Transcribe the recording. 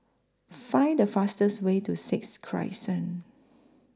Find The fastest Way to Sixth Crescent